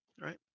right